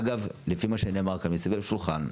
אגב, לפי מה שנאמר כאן מסביב לשולחן,